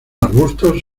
arbustos